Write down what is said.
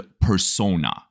persona